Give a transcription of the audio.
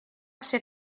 ser